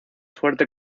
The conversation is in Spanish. fuerte